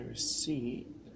Receipt